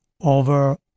over